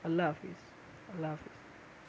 اللہ حافظ اللہ حافظ